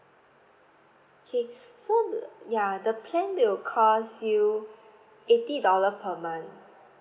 okay so the ya the plan will cost you eighty dollar per month